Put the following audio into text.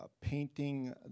painting